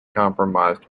compromised